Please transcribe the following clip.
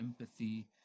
empathy